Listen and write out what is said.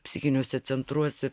psichiniuose centruose